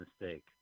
mistake